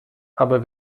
aber